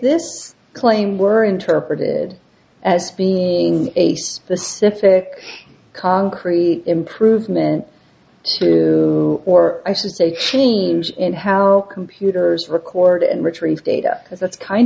this claim were interpreted as being a specific concrete improvement to or i should say change in how computers record and retrieve data because that's kind